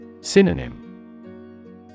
Synonym